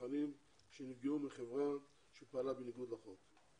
לצרכנים שנפגעו מחברה שפעלה בניגוד לחוק.